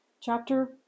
Chapter